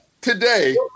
today